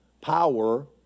power